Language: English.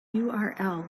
url